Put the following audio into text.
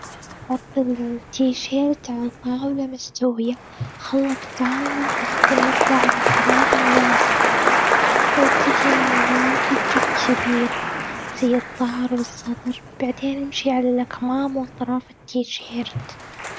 حط ال تيشيرت على الطاولة مستويه. خلك دايماً تحط المكوى على حرارة مناسبة. إبتدي من المناطق الكبيرة، زي الضهر والصدر. بعدين إمشي على الأكمام وأطراف التيشيرت.